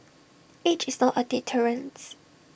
age is not A deterrence